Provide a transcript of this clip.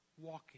walking